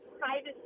privacy